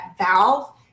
valve